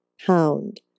HOUND